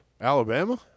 Alabama